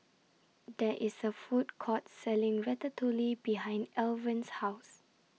There IS A Food Court Selling Ratatouille behind Alvan's House